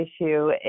issue